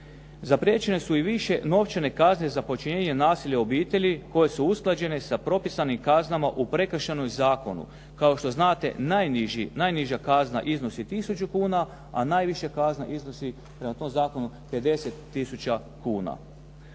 Zapriječene su i više novčane kazne za počinjenje nasilja u obitelji koje su usklađene sa propisanim kaznama u Prekršajnom zakonu. Kao što znate najniža kazna iznosi tisuću kuna, a najviša kazna prema tome zakonu